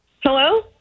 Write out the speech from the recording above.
Hello